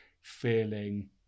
feeling